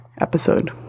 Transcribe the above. Episode